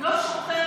לא שוחר,